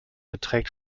beträgt